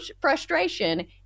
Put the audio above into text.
frustration